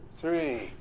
three